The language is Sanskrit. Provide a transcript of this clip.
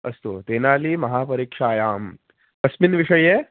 अस्तु तेनालीमहापरीक्षायाम् कस्मिन् विषये